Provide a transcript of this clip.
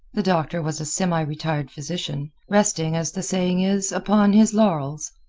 the doctor was a semi-retired physician, resting, as the saying is, upon his laurels.